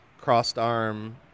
crossed-arm